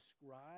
describe